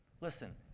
Listen